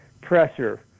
pressure